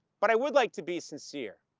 but i would like to be sincere.